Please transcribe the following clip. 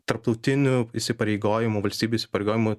tarptautinių įsipareigojimų valstybių įsipareigojimų